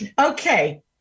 Okay